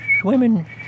Swimming